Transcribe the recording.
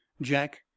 Jack